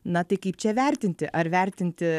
na tai kaip čia vertinti ar vertinti